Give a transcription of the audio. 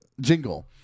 jingle